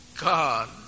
God